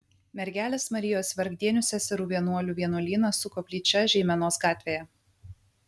mergelės marijos vargdienių seserų vienuolių vienuolynas su koplyčia žeimenos gatvėje